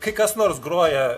kai kas nors groja